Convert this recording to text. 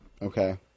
Okay